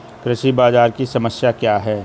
कृषि बाजार की समस्या क्या है?